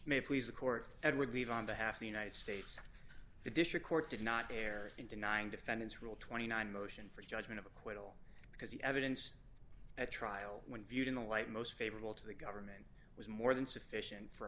may please the court edward leave on behalf of the united states the district court did not carry into nine defendants rule twenty nine motion for judgment of acquittal because the evidence at trial when viewed in the light most favorable to the government was more than sufficient for